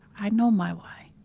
i know my why